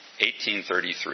1833